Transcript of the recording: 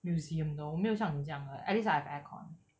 museum 的我没有像你这样的 at least I have air con